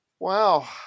Wow